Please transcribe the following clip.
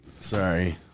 Sorry